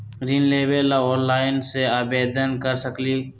ऋण लेवे ला ऑनलाइन से आवेदन कर सकली?